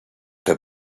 que